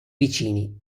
vicini